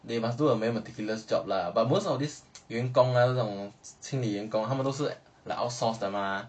they must do a very meticulous job lah but most of these 员工 lah 这种清理员工他们都是 outsource 的 mah